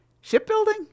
Shipbuilding